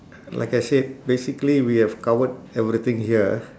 like I said basically we have covered everything here ah